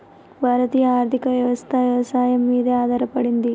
భారత ఆర్థికవ్యవస్ఠ వ్యవసాయం మీదే ఆధారపడింది